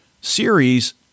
series